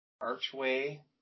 archway